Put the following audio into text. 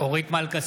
אורית מלכה